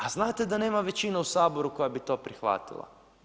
A znate da nema većine u Saboru koja bi to prihvatila.